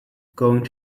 going